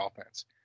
offense